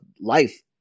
life